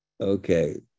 Okay